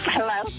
Hello